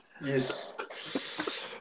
Yes